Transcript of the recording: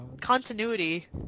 continuity